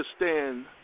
Understand